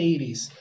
80s